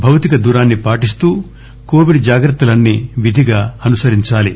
భౌతిక దూరాన్ని పాటిస్తూ కోవిడ్ జాగ్రత్తలన్నీ విధిగా పాటించాలి